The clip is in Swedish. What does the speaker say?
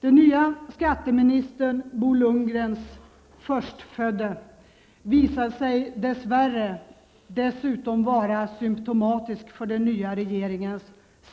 Den nye skatteministern Bo Lundgrens förstfödde visar sig dess värre dessutom vara symptomatisk för den nya regeringens